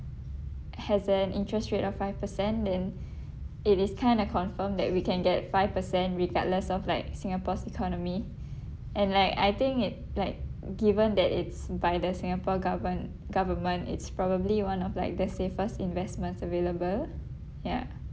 has an interest rate of five percent then it is kind of confirmed that we can get five percent regardless of like singapore's economy and like I think it like given that it's by the Singapore government government it's probably one of like the safest investments available ya